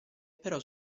però